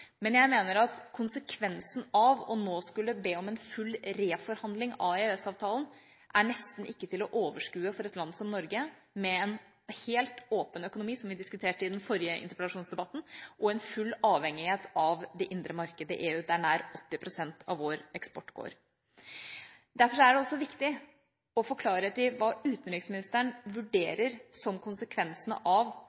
Men jeg mener at konsekvensen av nå å skulle be om en full reforhandling av EØS-avtalen nesten ikke er til å overskue for et land som Norge, med en helt åpen økonomi – som vi diskuterte i den forrige interpellasjonsdebatten – og en full avhengighet av det indre markedet i EU, dit nær 80 pst. av vår eksport går. Derfor er det også viktig å få klarhet i hva utenriksministeren